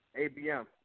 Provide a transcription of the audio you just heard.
ABM